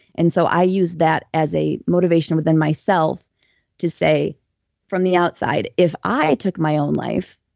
and so i used that as a motivation within myself to say from the outside, if i took my own life,